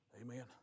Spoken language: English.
Amen